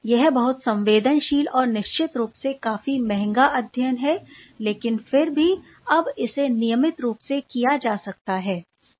यह बहुत संवेदनशील और निश्चित रूप से काफी महंगा अध्ययन है लेकिन फिर भी अब इसे नियमित रूप से किया जा सकता है